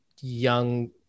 young